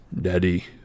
Daddy